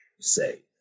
say